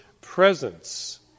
presence